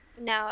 No